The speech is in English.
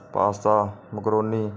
pasta macaroni